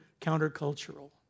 countercultural